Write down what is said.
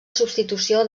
substitució